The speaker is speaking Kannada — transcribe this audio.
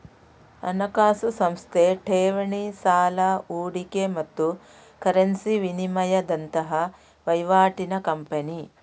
ಹಣಕಾಸು ಸಂಸ್ಥೆ ಠೇವಣಿ, ಸಾಲ, ಹೂಡಿಕೆ ಮತ್ತು ಕರೆನ್ಸಿ ವಿನಿಮಯದಂತಹ ವೈವಾಟಿನ ಕಂಪನಿ